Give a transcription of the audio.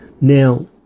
Now